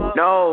no